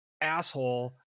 asshole